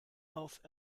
auf